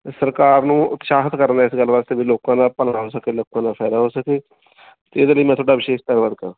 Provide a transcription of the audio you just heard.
ਅ ਸਰਕਾਰ ਨੂੰ ਉਤਸ਼ਾਹਿਤ ਕਰਨ ਦਾ ਇਸ ਗੱਲ ਵਾਸਤੇ ਵੀ ਲੋਕਾਂ ਦਾ ਭਲਾ ਹੋ ਸਕੇ ਲੋਕਾਂ ਦਾ ਫਾਇਦਾ ਹੋ ਸਕੇ ਅਤੇ ਇਹਦੇ ਲਈ ਮੈਂ ਤੁਹਾਡਾ ਵਿਸ਼ੇਸ਼ ਧੰਨਵਾਦ ਕਰਦਾ